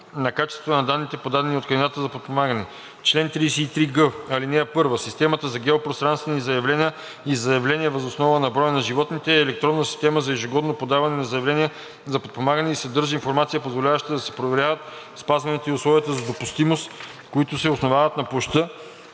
на качество на данните, подадени от кандидатите за подпомагане. Чл. 33г. (1) Системата за геопространствени заявления и за заявления въз основа на броя на животните е електронна система за ежегодно подаване на заявления за подпомагане и съдържа информация, позволяваща да се проверят спазването на условията за допустимост, които се основават на площта